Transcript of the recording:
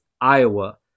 Iowa